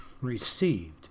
received